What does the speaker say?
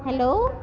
hello